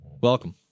welcome